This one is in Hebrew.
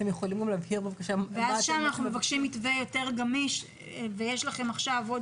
אנחנו מבקשים מתווה יותר גמיש ויש לכם עכשיו עוד